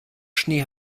schnee